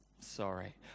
sorry